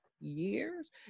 years